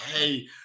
hey